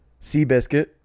Seabiscuit